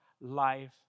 life